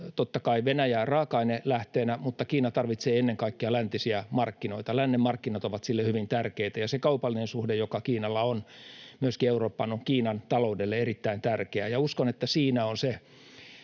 totta kai, Venäjää raaka-ainelähteenä, mutta Kiina tarvitsee ennen kaikkea läntisiä markkinoita. Lännen markkinat ovat sille hyvin tärkeitä, ja se kaupallinen suhde, joka Kiinalla on myöskin Eurooppaan, on Kiinan taloudelle erittäin tärkeä. Uskon, että siinä on,